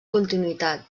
continuïtat